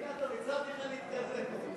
אילטוב, אני מתקזז אתך.